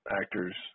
actors –